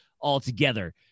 altogether